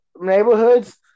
neighborhoods